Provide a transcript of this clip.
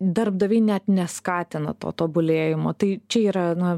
darbdaviai net neskatina to tobulėjimo tai čia yra na